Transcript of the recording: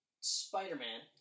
Spider-Man